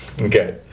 Okay